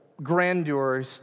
grandeur